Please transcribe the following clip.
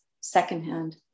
secondhand